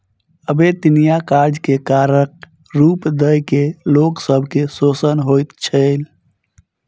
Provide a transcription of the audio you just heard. अवेत्निया कार्य के करक रूप दय के लोक सब के शोषण होइत छल